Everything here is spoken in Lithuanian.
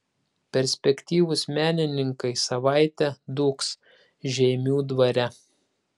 perspektyvūs menininkai savaitę dūgs žeimių dvare